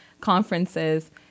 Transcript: conferences